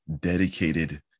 dedicated